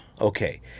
Okay